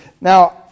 Now